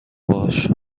باهاش